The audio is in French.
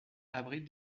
abrite